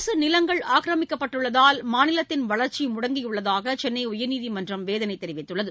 அரசு நிலங்கள் ஆக்கிரமிக்கப்பட்டுள்ளதால் மாநிலத்தின் வளர்ச்சி முடங்கியுள்ளதாக சென்னை உயர்நீதிமன்றம் வேதனை தெரிவித்துள்ளது